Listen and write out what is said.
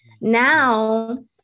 Now